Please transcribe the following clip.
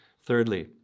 Thirdly